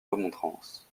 remontrances